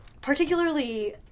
particularly